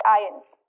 ions